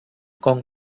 kong